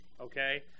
Okay